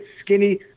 skinny